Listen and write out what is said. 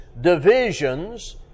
divisions